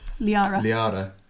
Liara